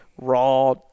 raw